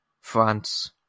France